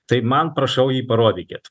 tai man prašau jį parodykit